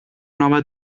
nova